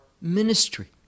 ministry